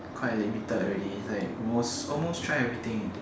quite limited already is like almost almost try everything